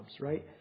right